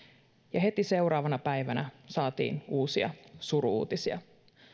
ja heti seuraavana päivänä saatiin uusia suru uutisia